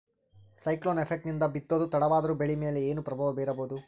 Cyclone effect ನಿಂದ ಬಿತ್ತೋದು ತಡವಾದರೂ ಬೆಳಿ ಮೇಲೆ ಏನು ಪ್ರಭಾವ ಬೀರಬಹುದು?